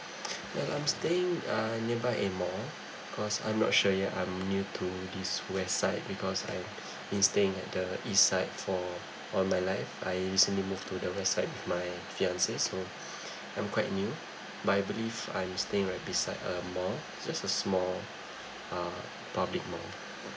well I'm staying uh nearby a mall because I'm not sure yet I'm new to this west side because I've been staying at the east side for all my life I recently moved to the west side with my fiancée so I'm quite new but I believe I'm staying right beside a mall just a small uh public mall